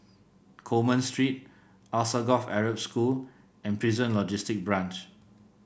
Coleman Street Alsagoff Arab School and Prison Logistic Branch